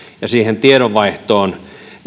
ja siihen tiedonvaihtoon